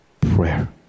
prayer